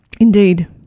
Indeed